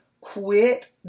quit